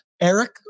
Eric